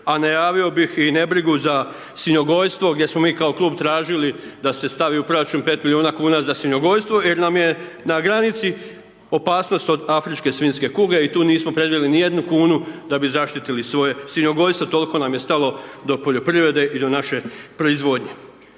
A najavio bih i nebrigu za svinjogojstvo gdje smo mi kao klub tražili da se stavi u proračun 5 milijuna kuna za svinjogojstvo jer nam je na granici opasnost od afričke svinjske kuge i tu nismo predvidjeli ni jednu kunu da bi zaštitili svoje svinjogojstvo, toliko nam je stalo do poljoprivrede i do naše proizvodnje.